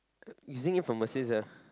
using it from assist ah